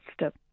step